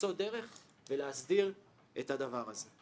למצוא דרך ולהסדיר נושא זה.